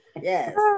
Yes